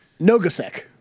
Nogasek